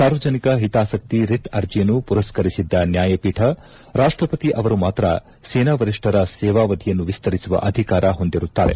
ಸಾರ್ವಜನಿಕ ಹಿತಾಸಕ್ತಿ ರಿಟ್ ಅರ್ಜಿಯನ್ನು ಪುರಸ್ತರಿಸಿದ್ದ ನ್ನಾಯಪೀಠ ರಾಷ್ಸಪತಿ ಅವರು ಮಾತ್ರ ಸೇನಾ ವರಿಷ್ಠರ ಸೇವಾವಧಿಯನ್ನು ವಿಸ್ತರಿಸುವ ಅಧಿಕಾರ ಹೊಂದಿರುತ್ತಾರೆ